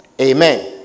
Amen